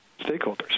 stakeholders